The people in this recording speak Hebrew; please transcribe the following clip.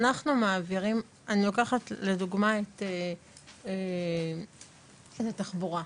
אני לוקחת לדוגמה את משרד התחבורה.